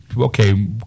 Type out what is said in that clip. Okay